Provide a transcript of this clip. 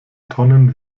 tonnen